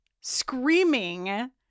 Screaming